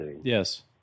Yes